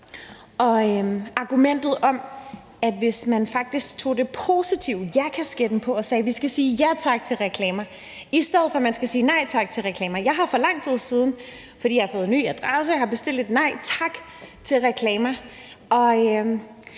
på argumentet om, at man faktisk kan se det positive og tage ja-kasketten på og sige, at vi skal sige ja tak til reklamer, i stedet for at vi skal sige nej tak til reklamer. Jeg har for lang tid siden, fordi jeg har fået ny adresse, bestilt et nej tak til reklamer-mærke,